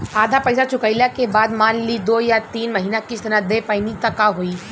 आधा पईसा चुकइला के बाद मान ली दो या तीन महिना किश्त ना दे पैनी त का होई?